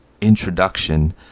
introduction